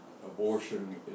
Abortion